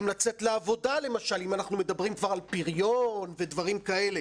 לצאת לעבודה אם אנחנו מדברים כבר על פריון ודברים כאלה.